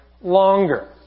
longer